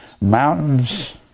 mountains